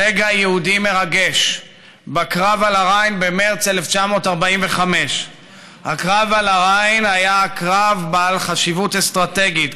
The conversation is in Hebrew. רגע יהודי מרגש בקרב על הריין במרס 1945. הקרב על הריין היה קרב בעל חשיבות אסטרטגית,